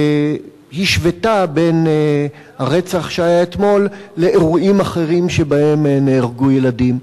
השוותה בין הרצח שהיה אתמול לאירועים אחרים שבהם נהרגו ילדים.